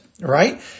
right